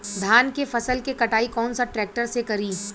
धान के फसल के कटाई कौन सा ट्रैक्टर से करी?